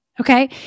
Okay